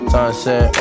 Sunset